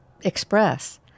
express